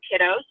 kiddos